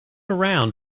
around